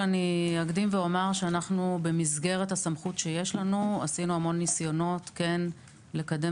אני אקדים ואומר שבמסגרת הסמכות שיש לנו עשינו המון ניסיונות לקדם